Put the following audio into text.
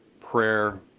prayer